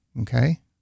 okay